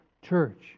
Church